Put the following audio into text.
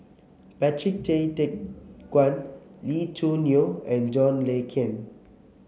Patrick Tay Teck Guan Lee Choo Neo and John Le Cain